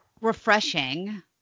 refreshing